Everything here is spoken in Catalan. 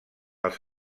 els